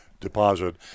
deposit